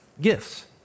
Gifts